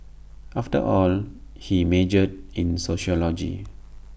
after all he majored in sociology